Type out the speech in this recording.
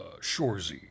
Shorzy